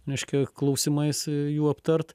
reiškia klausimais jų aptart